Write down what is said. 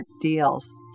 deals